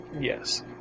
Yes